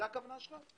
זו הכוונה שלך?